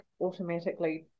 automatically